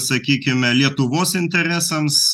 sakykime lietuvos interesams